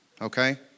Okay